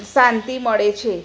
શાંતિ મળે છે